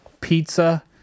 Pizza